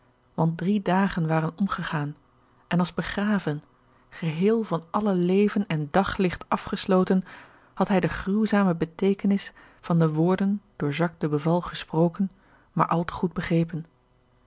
want drie dagen waren omgegaan en als begraven geheel van alle leven en daglicht afgesloten had hij de gruwzame beteekenis van de woorden door jacques de beval gesproken maar al te goed begrepen